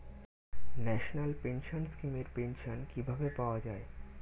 National pension scheme এর pension কিভাবে পাওয়া যায়?